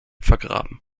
vergraben